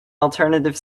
alternative